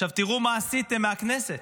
עכשיו תראו מה עשיתם מהכנסת.